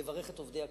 לברך את עובדי הכנסת,